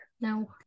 no